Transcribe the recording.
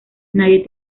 nadie